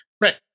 Right